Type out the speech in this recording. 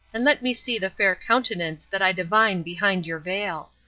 and let me see the fair countenance that i divine behind your veil.